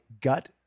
gut